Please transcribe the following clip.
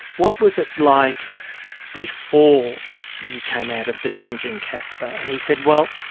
what was it like before you came out of the dungeon, kaspar? and he said, well,